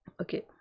Okay